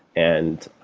and